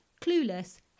Clueless